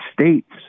states